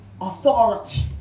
authority